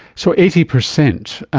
so, eighty percent.